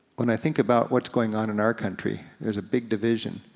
when i think about what's going on in our country, there's a big division.